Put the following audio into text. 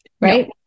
right